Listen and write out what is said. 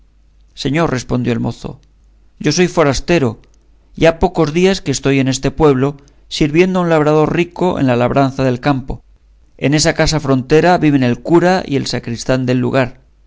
señor respondió el mozo yo soy forastero y ha pocos días que estoy en este pueblo sirviendo a un labrador rico en la labranza del campo en esa casa frontera viven el cura y el sacristán del lugar